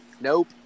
Nope